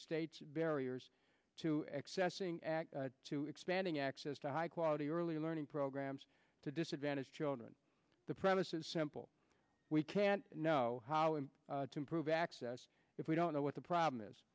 a state's barriers to accessing act two expanding access to high quality early learning programs to disadvantaged children the premise is simple we can't know how and to improve access if we don't know what the problem is